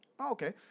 Okay